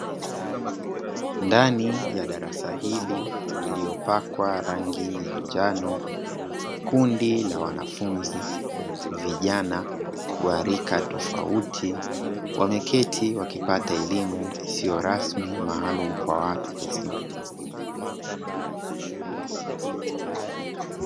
Ndani ya darasa hili lililopakwa rangi ya njano, kundi la wanafunzi vijana wa rika tofauti wameketi wakipata elimu isiyo rasmi maalumu kwa watu wazima.